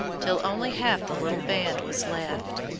till only half the little band was left.